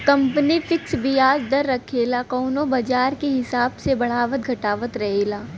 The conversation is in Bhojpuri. कंपनी फिक्स बियाज दर रखेला कउनो बाजार के हिसाब से बढ़ावत घटावत रहेला